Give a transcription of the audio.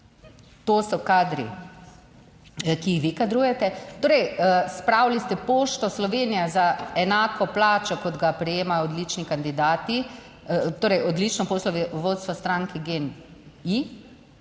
to so kadri, ki jih vi kadrujete. Torej spravili ste Pošto Slovenije za enako plačo kot ga prejemajo odlični kandidati, torej odlično poslovodstvu vodstvo stranke GEN-I